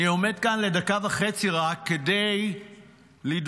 אני עומד כאן לדקה וחצי רק כדי לדרוש